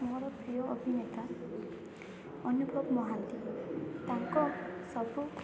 ମୋର ପ୍ରିୟ ଅଭିନେତା ଅନୁଭବ ମହାନ୍ତି ତାଙ୍କ ସବୁ